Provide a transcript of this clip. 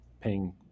paying